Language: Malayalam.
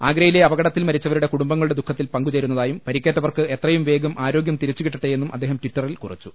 ആഗ്രയിലെ അപകടത്തിൽ മരി ച്ചവരുടെ കുടുംബങ്ങളുടെ ദുഃഖത്തിൽ പങ്കു ചേരുന്നതായും പരി ക്കേറ്റവർക്ക് എത്രയും വേഗം ആരോഗ്യം തിരിച്ചു കിട്ടട്ടെയെന്നും അദ്ദേഹം ടിറ്ററിൽ കുറിച്ചു